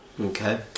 Okay